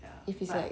if it's like